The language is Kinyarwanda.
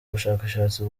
bushakashatsi